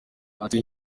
ati